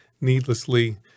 needlessly –